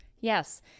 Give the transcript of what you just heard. Yes